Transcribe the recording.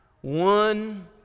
One